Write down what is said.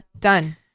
done